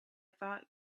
thought